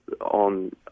on